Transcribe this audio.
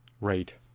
rate